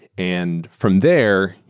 and from there,